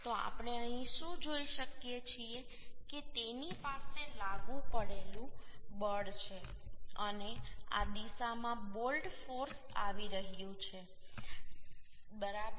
તો આપણે અહીં શું જોઈ શકીએ છીએ કે તેની પાસે લાગુ પાડેલું બળ છે અને આ દિશામાં બોલ્ટ ફોર્સ આવી રહ્યું છે બરાબર